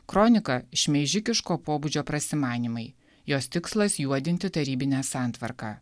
kronika šmeižikiško pobūdžio prasimanymai jos tikslas juodinti tarybinę santvarką